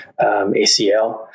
ACL